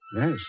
Yes